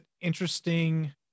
interesting